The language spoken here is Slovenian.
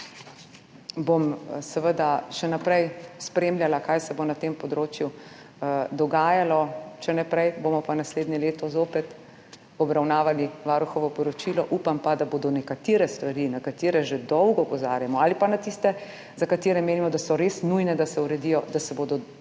bom še naprej spremljala, kaj se bo na tem področju dogajalo, če ne prej, bomo pa naslednje leto zopet obravnavali varuhovo poročilo, upam pa, da se bodo nekatere stvari, na katere že dolgo opozarjamo, ali pa tiste, za katere menimo, da so res nujne, da se uredijo, res